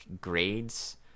grades